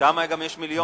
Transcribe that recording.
שם גם יש מיליונים.